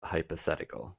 hypothetical